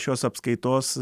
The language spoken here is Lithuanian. šios apskaitos